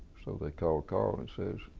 so they called carl and said,